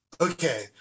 Okay